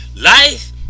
Life